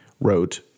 wrote